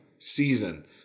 Season